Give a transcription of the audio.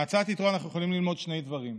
מעצת יתרו אנחנו יכולים ללמוד שני דברים: